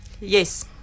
Yes